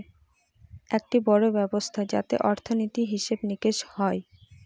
একটি বড়ো ব্যবস্থা যাতে অর্থনীতি, হিসেব নিকেশ হয়